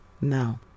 now